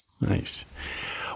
Nice